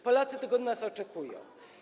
Polacy tego od nas oczekują.